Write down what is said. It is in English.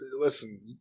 listen